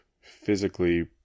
physically